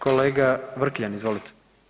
Kolega Vrkljan, izvolite.